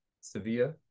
Sevilla